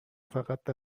فقط